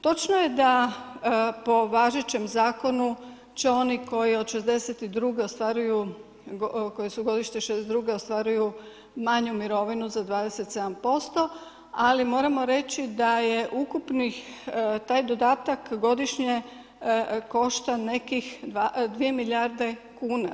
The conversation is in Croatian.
Točno je da po važećem zakonu će oni koji od '62. ostvaruju, koji su godište '62. ostvaruju manju mirovinu za 27%, ali moramo reći da je ukupnih taj dodatak godišnje košta nekih 2 milijarde kuna.